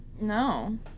No